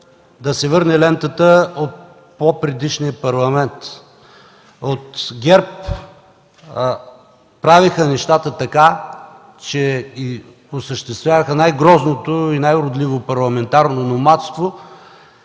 да се върне лентата от по-предишния парламент. От ГЕРБ правеха нещата така, че осъществяваха най-грозното и най-уродливо парламентарно номадство